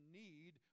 need